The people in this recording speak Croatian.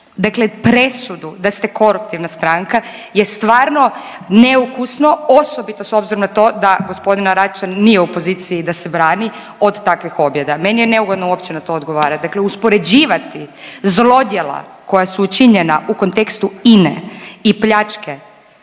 dakle presudu da ste koruptivna stranka je stvarno neukusno osobito s obzirom na to da g. Račan nije u poziciji da se brani od takvih objeda. Meni je neugodno uopće na to odgovarat, dakle uspoređivati zlodjela koja su učinjena u kontekstu INA-e i pljačke